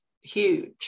huge